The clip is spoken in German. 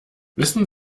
wissen